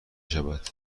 شود